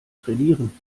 trainieren